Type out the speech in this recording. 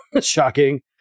shocking